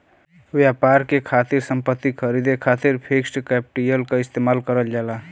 व्यापार के खातिर संपत्ति खरीदे खातिर फिक्स्ड कैपिटल क इस्तेमाल करल जाला